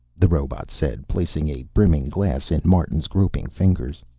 the robot said, placing a brimming glass in martin's groping fingers.